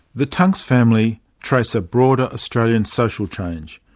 the tunks family trace a broader australian social change.